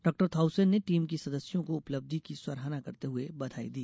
डॉ थाउसेन ने टीम की सदस्यों को उपलब्धि की सराहना करते हुए बधाई दी